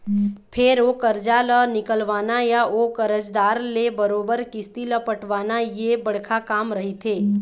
फेर ओ करजा ल निकलवाना या ओ करजादार ले बरोबर किस्ती ल पटवाना ये बड़का काम रहिथे